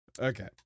Okay